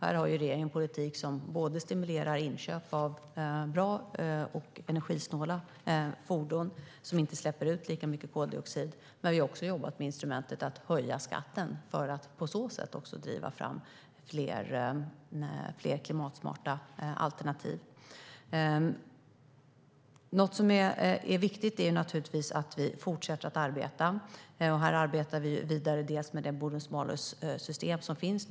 Här har regeringen en politik som stimulerar inköp av bra och energisnåla fordon, som inte släpper ut lika mycket koldioxid, men vi har även jobbat med instrumentet att höja skatten för att på så sätt också driva fram fler klimatsmarta alternativ. Något som är viktigt är naturligtvis att vi fortsätter att arbeta, och här arbetar vi vidare med det bonus-malus-system som finns.